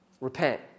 repent